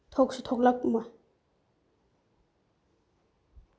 ꯊꯣꯛꯁꯨ ꯊꯣꯛꯂꯛꯑꯝꯃꯣꯏ